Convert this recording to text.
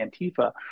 Antifa